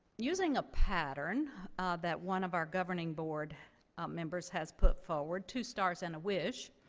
using a pattern that one of our governing board members has put forward, two stars and a wish,